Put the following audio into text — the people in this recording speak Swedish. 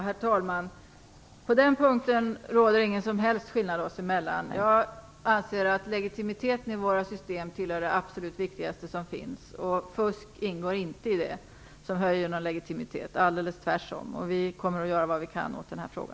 Herr talman! På den punkten råder ingen som helst skillnad oss emellan. Jag anser att legitimiteten i våra system tillhör det absolut viktigaste som finns. Fusk ingår inte i det som höjer någon legitimitet, tvärtom. Vi kommer att göra vad vi kan åt denna fråga.